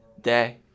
day